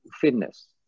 fitness